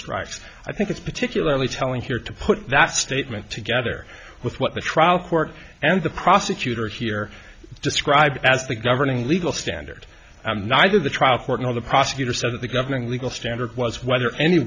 strikes i think it's particularly telling here to put that statement together with what the trial court and the prosecutor here described as the governing legal standard neither the trial court nor the prosecutor so that the governing legal standard was whether any